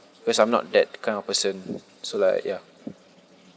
because I'm not that kind of person so like ya